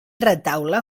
retaule